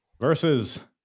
versus